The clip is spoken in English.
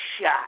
shot